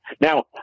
Now